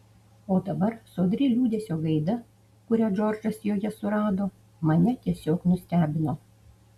o dabar sodri liūdesio gaida kurią džordžas joje surado mane tiesiog nustebino